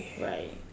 Right